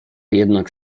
jednak